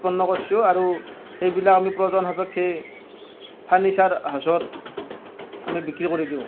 উৎপন্ন কৰিছোঁ আৰু সেইবিলাক আমি প্ৰয়োজন সাপেক্ষে ফাৰ্ণিচাৰ ওচৰত আমি বিক্ৰী কৰি দিওঁ